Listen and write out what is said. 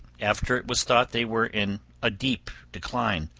after it was thought they were in a deep decline,